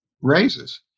raises